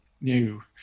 new